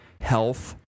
Health